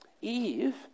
Eve